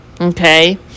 Okay